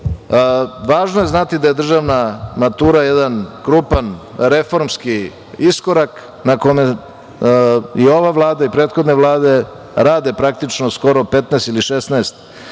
je znati da je državna matura jedan krupan reformski iskorak na kome je ova Vlada i prethodne vlade rade praktično skoro 15 ili 16 godina.